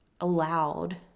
allowed